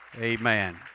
Amen